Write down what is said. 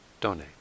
donate